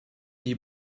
die